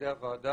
בישיבת הוועדה